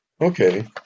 okay